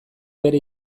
bere